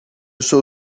sou